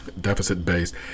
deficit-based